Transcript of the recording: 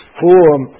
form